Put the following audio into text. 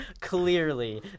Clearly